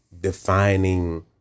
defining